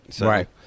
Right